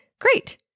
great